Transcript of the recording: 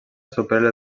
supera